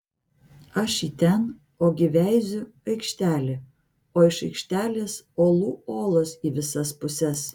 aš į ten ogi veiziu aikštelė o iš aikštelės olų olos į visas puses